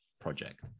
project